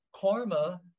karma